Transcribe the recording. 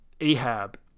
Ahab